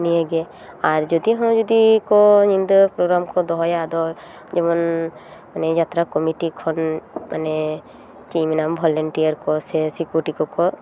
ᱱᱤᱭᱟᱹ ᱜᱮ ᱟᱨ ᱡᱩᱫᱤ ᱦᱚᱸ ᱡᱩᱫᱤ ᱠᱚ ᱧᱤᱫᱟᱹ ᱯᱳᱨᱳᱜᱮᱨᱟᱢ ᱠᱚ ᱫᱚᱦᱚᱭᱟ ᱟᱫᱚ ᱡᱮᱢᱚᱱ ᱢᱟᱱᱮ ᱡᱟᱛᱨᱟ ᱠᱳᱢᱤᱴᱤ ᱠᱷᱚᱱ ᱢᱟᱱᱮ ᱪᱮᱫ ᱤᱧ ᱢᱮᱱᱟ ᱵᱷᱳᱞᱮᱱᱴᱤᱭᱟᱨ ᱠᱚ ᱥᱮ ᱥᱤᱠᱩᱨᱤᱴᱤ ᱠᱚ ᱠᱚ